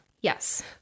Yes